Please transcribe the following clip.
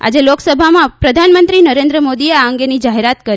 આજે લોકસભામાં પ્રધાનમંત્રી નરેન્દ્ર મોદીએ આ અંગેની જાહેરાત કરી